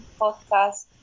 podcast